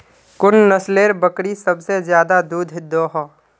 कुन नसलेर बकरी सबसे ज्यादा दूध दो हो?